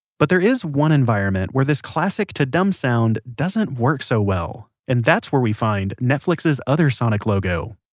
but there is one environment where this classic ta-dum sound doesn't work so well. and that's where we find netflix's other sonic logo